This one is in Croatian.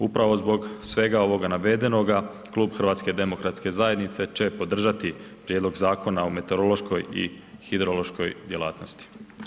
Upravo zbog svega ovoga navedenoga Klub HDZ-a će podržati prijedlog Zakona o meteorološkoj i hidrološkoj djelatnosti.